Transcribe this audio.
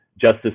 Justice